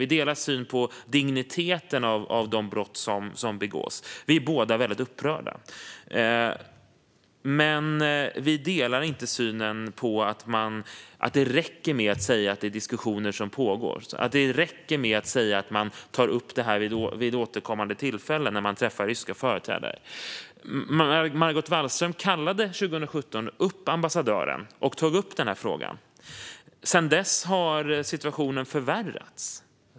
Vi delar syn på digniteten av de brott som begås. Vi är båda väldigt upprörda. Men vi delar inte synen att det räcker med att säga att diskussioner pågår och att det räcker att man tar upp det här vid återkommande tillfällen när man träffar ryska företrädare. Margot Wallström kallade 2017 upp ambassadören och tog då upp den här frågan. Sedan dess har situationen förvärrats.